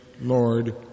Lord